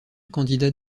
candidat